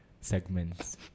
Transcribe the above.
segments